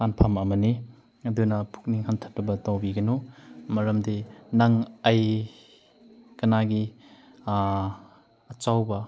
ꯂꯥꯟꯐꯝ ꯑꯃꯅꯤ ꯑꯗꯨꯅ ꯄꯨꯛꯅꯤꯡ ꯍꯟꯊꯗꯕ ꯇꯧꯕꯤꯒꯅꯨ ꯃꯔꯝꯗꯤ ꯅꯪ ꯑꯩ ꯀꯅꯥꯒꯤ ꯑꯆꯧꯕ